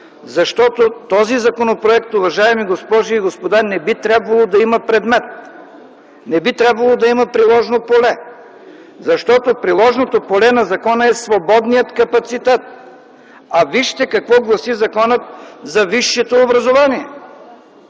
защото този законопроект, уважаеми госпожи и господа, не би трябвало да има предмет, не би трябвало да има приложно поле. Защото приложното поле на закона е в свободният капацитет, а вижте какво гласи Законът за висшето образование.